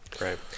Right